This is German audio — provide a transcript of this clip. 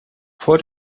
vor